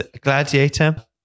Gladiator